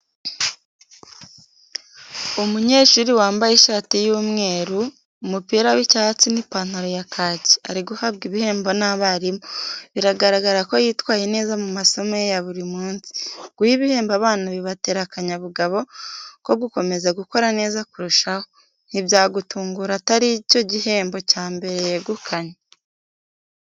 Umunyeshuri wambaye ishati y'umweru, umupira w'icyatsi n'ipantaro ya kaki, ari guhabwa ibihembo n'abarimu, biragaragara ko yitwaye neza mu masomo ye ya buri munsi. Guha ibihembo abana bibatera akanyabugabo ko gukomeza gukora neza kurushaho, ntibyagutungura atari cyo gihembo cya mbere yegukanye.